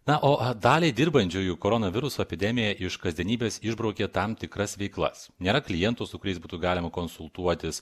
na o daliai dirbančiųjų koronaviruso epidemija iš kasdienybės išbraukė tam tikras veiklas nėra klientų su kuriais būtų galima konsultuotis